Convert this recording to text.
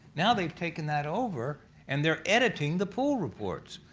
now they've taken that over and they're editing the pool reports.